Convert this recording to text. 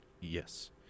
Yes